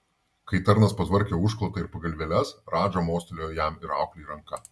kai tarnas patvarkė užklotą ir pagalvėles radža mostelėjo jam ir auklei ranka